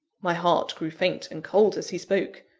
my heart grew faint and cold as he spoke.